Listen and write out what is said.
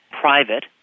private